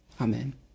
Amen